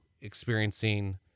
experiencing